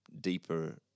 deeper